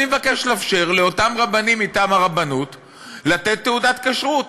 אני מבקש לאפשר לאותם רבנים מטעם הרבנות לתת תעודת כשרות